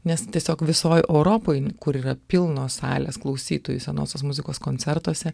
nes tiesiog visoj europoj kur yra pilnos salės klausytojų senosios muzikos koncertuose